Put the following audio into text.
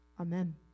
Amen